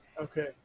okay